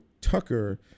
Tucker